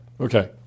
Okay